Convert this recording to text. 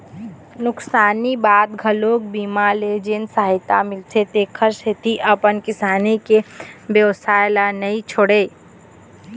नुकसानी बाद घलोक बीमा ले जेन सहायता मिलथे तेखर सेती अपन किसानी के बेवसाय ल नी छोड़य